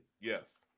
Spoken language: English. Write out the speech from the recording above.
Yes